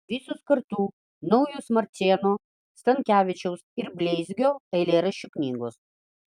visos kartu naujos marčėno stankevičiaus ir bleizgio eilėraščių knygos